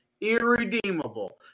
irredeemable